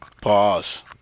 pause